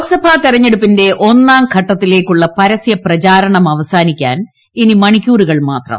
ലോക്സഭാ തിരഞ്ഞെടുപ്പിന്റെ ഒന്നാം ഘട്ടത്തിലേയ്ക്കുള്ള പരസ്യ പ്രചാരണം അവസാനിക്കാൻ ഇനി മണിക്കൂറുകൾ മാത്രം